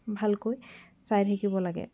ভালকৈ চাই থাকিব লাগে